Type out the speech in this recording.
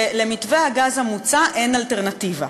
שלמתווה הגז המוצע אין אלטרנטיבה.